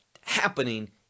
happening